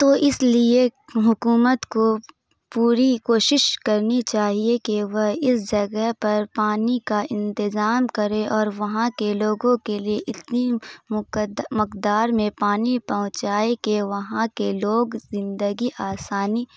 تو اس لیے حکومت کو پوری کوشش کرنی چاہیے کہ وہ اس جگہ پر پانی کا انتظام کرے اور وہاں کے لوگوں کے لیے اتنی مقدار میں پانی پہنچائے کہ وہاں کے لوگ زندگی آسانی